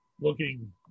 looking